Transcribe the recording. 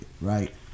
right